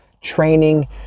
training